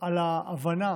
על ההבנה